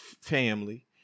family